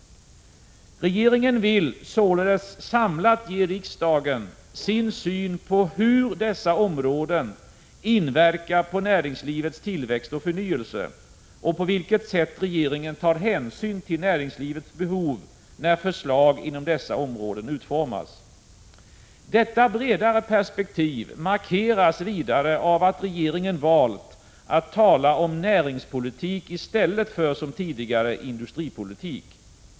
Regeringen vill således samlat ge riksdagen sin syn på hur dessa områden inverkar på näringslivets tillväxt och förnyelse och på vilket sätt regeringen tar hänsyn till näringslivets behov, när förslag inom dessa områden utformas. Detta bredare perspektiv markeras vidare av att regeringen valt att tala om näringspolitik i stället för som tidigare industripolitik.